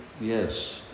yes